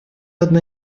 одна